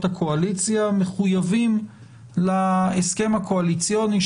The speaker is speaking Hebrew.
הקואליציה מחויבים להסכם הקואליציוני,